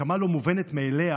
וכמה לא מובנת מאליה